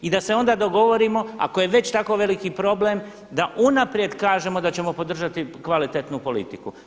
I da se onda dogovorimo ako je već tako veliki problem da unaprijed kažemo da ćemo podržati kvalitetnu politiku.